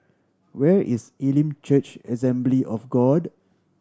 where is Elim Church Assembly of God